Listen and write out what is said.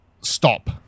stop